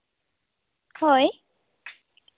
ᱦᱳᱭ